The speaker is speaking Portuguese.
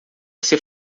você